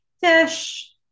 Fish